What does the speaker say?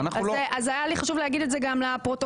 אז היה לי חשוב להגיד את זה גם לפרוטוקול,